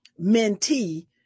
mentee